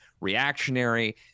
reactionary